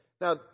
now